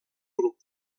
grup